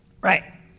Right